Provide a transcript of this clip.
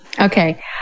Okay